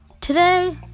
Today